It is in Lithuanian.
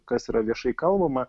kas yra viešai kalbama